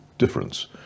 difference